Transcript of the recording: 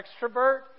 extrovert